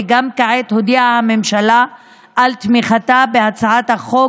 וגם כעת הודיעה הממשלה על תמיכתה בהצעת החוק